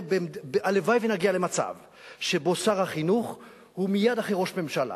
הלוואי שנגיע למצב שבו שר החינוך הוא מייד אחרי ראש הממשלה,